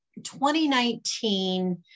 2019